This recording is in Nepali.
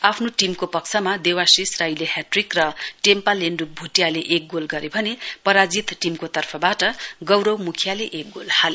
आफ्नो टीमको पक्षमा देवाशिष राईले हटाट्रिक र टेम्पा लेण्डुप भुटियाले एक गोल गरे भने पराजित टीमको तर्फबाट गौरव मुखियाले एक गोल हाले